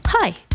Hi